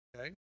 Okay